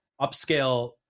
upscale